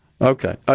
Okay